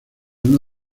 uno